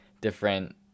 different